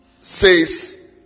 says